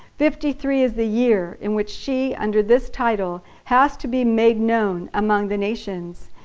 fifty three is the year in which she, under this title, has to be made known among the nations.